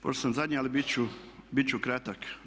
Pošto sam zadnji, ali bit ću kratak.